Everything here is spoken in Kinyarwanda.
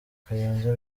kayonza